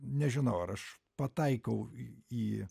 nežinau ar aš pataikau į